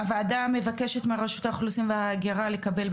הוועדה מבקשת מרשות האוכלוסין וההגירה לקבל,